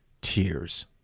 tears